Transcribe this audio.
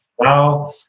now